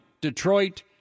Detroit